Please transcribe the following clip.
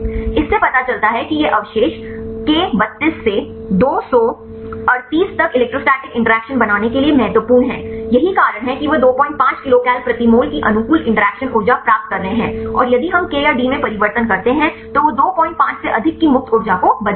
इससे पता चलता है कि ये अवशेष K32 से D238 तक इलेक्ट्रोस्टैटिक इंटरैक्शन बनाने के लिए महत्वपूर्ण हैं यही कारण है कि वे 25 किलोकल प्रति मोल की अनुकूल इंटरेक्शन ऊर्जा प्राप्त कर रहे हैं और यदि हम K या D में परिवर्तन करते हैं तो वे 25 से अधिक की मुक्त ऊर्जा को बदलते हैं